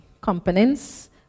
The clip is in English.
components